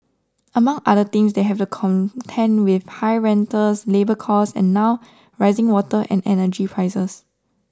among other things they have to contend with high rentals labour costs and now rising water and energy prices